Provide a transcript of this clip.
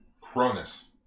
Cronus